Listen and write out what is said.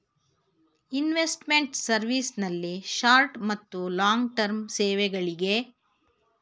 investment service ನಲ್ಲಿ short ಮತ್ತು long term ಸೇವೆಗಳಿಗೆ